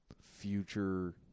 future